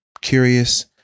curious